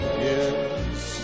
yes